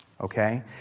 Okay